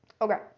okay